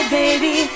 baby